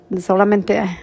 solamente